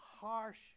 harsh